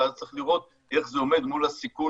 ואז צריך לראות איך זה עומד מול הסיכון